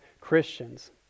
Christians